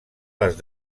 les